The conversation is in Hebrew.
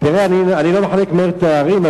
אני לא מחלק מהר תארים,